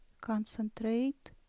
concentrate